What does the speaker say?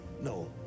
No